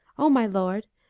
o my lord,